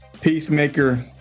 Peacemaker